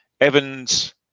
evans